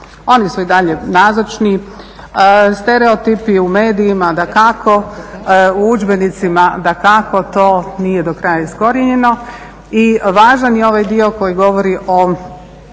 oni su i dalje nazočni, stereotipi u medijima dakako, u udžbenicima dakako, to nije do kraja iskorijenjeno i važan je ovaj dio koji govori o